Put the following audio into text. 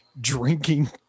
Drinking